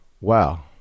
wow